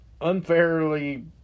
unfairly